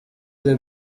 the